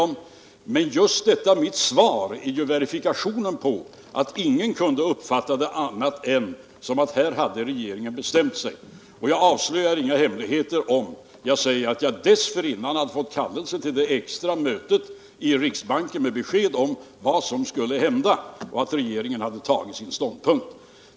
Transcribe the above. Men just detta mitt svar är ju verifikationen på att ingen kunde uppfatta saken på annat sätt än att regeringen här hade bestämt sig. Jag avslöjar inga hemligheter om jag säger att jag dessförinnan hade fått kallelse till det extra mötet i riksbanken med besked om vad som skulle hända, och att regeringen hade tagit sin ståndpunkt.